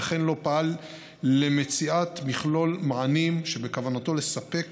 וגם לא פעל למציאת מכלול מענים שבכוונתו לספק